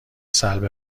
سلب